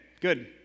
good